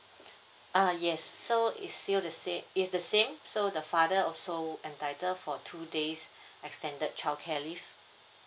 uh yes so is still the same is the same so the father also entitle for two days' extended childcare leave